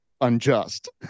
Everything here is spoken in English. unjust